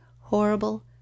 horrible